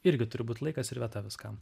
irgi turi būt laikas ir vieta viskam